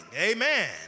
Amen